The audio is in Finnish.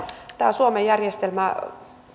tämä suomen järjestelmä